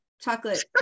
chocolate